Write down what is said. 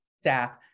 staff